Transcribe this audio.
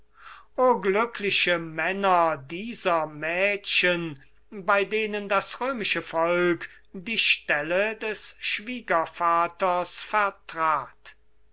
o glückliche männer dieser mädchen bei denen das römische volk die stelle des schwiegervaters vertrat